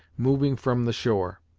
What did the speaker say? moving from the shore.